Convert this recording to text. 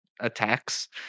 attacks